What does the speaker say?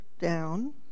down